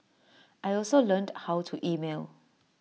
I also learned how to email